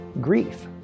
grief